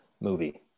movie